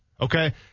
Okay